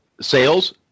sales